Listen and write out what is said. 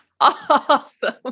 awesome